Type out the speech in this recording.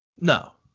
No